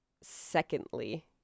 secondly